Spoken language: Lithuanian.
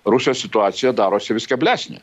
rusijos situacija darosi vis keblesnė